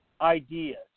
ideas